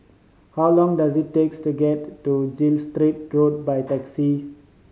how long does it takes to get to Gilstead Road by taxi